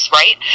right